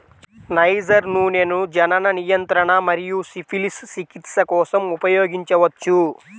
niger నూనెను జనన నియంత్రణ మరియు సిఫిలిస్ చికిత్స కోసం ఉపయోగించవచ్చు